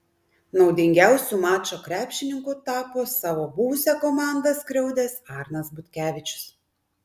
naudingiausiu mačo krepšininku tapo savo buvusią komandą skriaudęs arnas butkevičius